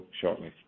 shortly